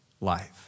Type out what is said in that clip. life